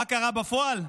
מה קרה בפועל?